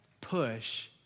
push